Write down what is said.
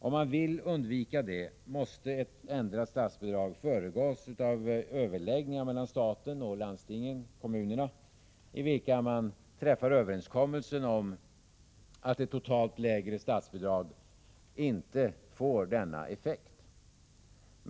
Om man vill undvika det, måste en ändring av statsbidraget föregås av överläggningar mellan staten och landstingen/ kommunerna, i vilka man träffar överenskommelse om att ett totalt lägre statsbidrag inte får denna effekt.